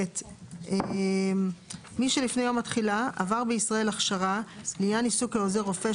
(ב) מי שלפני יום התחילה עבר בישראל הכשרה לעניין עיסוק כעוזר רופא,